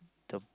the